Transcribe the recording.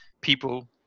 people